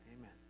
amen